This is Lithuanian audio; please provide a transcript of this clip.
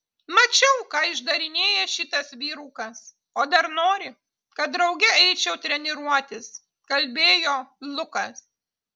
mačiau ką išdarinėja šitas vyrukas o dar nori kad drauge eičiau treniruotis kalbėjo lukas